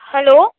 hello